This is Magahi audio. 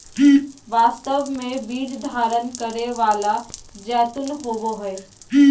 वास्तव में बीज धारण करै वाला जैतून होबो हइ